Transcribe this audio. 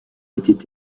été